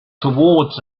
towards